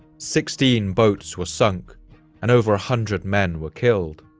sixteen boats were sunk and over a hundred men were killed.